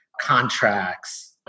contracts